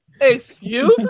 Excuse